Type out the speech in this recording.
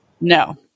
No